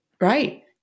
right